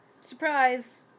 Surprise